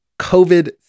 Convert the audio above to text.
COVID